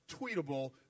tweetable